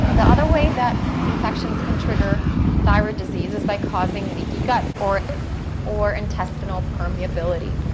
the other way that infections can trigger thyroid disease is by causing leaky gut or or intestinal permeability.